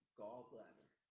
gallbladder